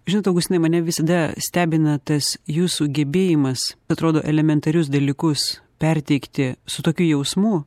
žinot augustinai mane visada stebina tas jūsų gebėjimas atrodo elementarius dalykus perteikti su tokiu jausmu